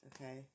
Okay